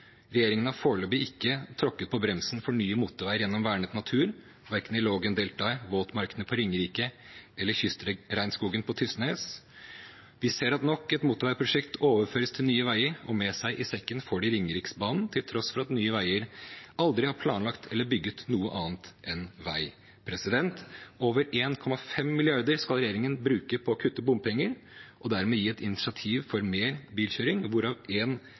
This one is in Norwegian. Regjeringen har foreløpig ikke tråkket på bremsen for nye motorveier gjennom vernet natur – verken i Lågendeltaet, våtmarkene på Ringerike eller kystregnskogen på Tysnes. Vi ser at nok et motorveiprosjekt overføres til Nye Veier, og med seg i sekken får de Ringeriksbanen, til tross for at Nye Veier aldri har planlagt eller bygget noe annet enn vei. Over 1,5 mrd. kr skal regjeringen bruke på å kutte bompenger – og dermed gi et insentiv for mer bilkjøring – hvorav en